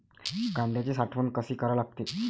कांद्याची साठवन कसी करा लागते?